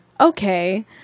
okay